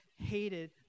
hated